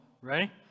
Ready